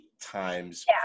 times